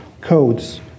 codes